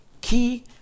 key